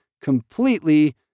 completely